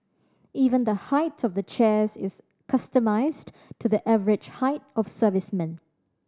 even the height of the chairs is customised to the average height of servicemen